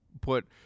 put